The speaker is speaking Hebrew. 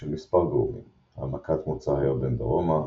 בשל מספר גורמים העמקת מוצא הירדן דרומה,